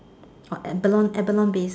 or abalone abalone base